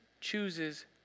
chooses